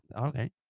okay